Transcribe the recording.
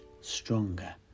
stronger